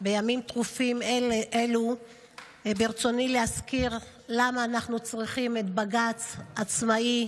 בימים טרופים אלו ברצוני להזכיר למה אנחנו צריכים את בג"ץ עצמאי,